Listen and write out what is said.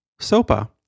SOPA